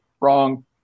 Wrong